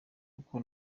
kuko